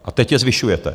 A teď je zvyšujete.